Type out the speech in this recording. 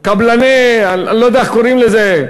התאחדות קבלני, אני לא יודע איך קוראים לזה,